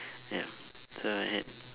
ya so I had